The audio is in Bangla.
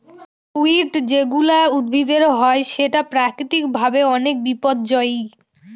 উইড যেগুলা উদ্ভিদের হয় সেটা প্রাকৃতিক ভাবে অনেক বিপর্যই